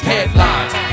Headlines